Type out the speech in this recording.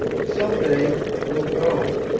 some day we'll go!